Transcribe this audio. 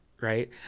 right